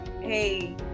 hey